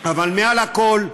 מעל הכול,